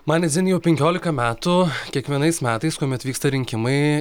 man ne dzin jau penkiolika metų kiekvienais metais kuomet vyksta rinkimai